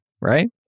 right